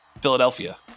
Philadelphia